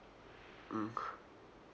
mm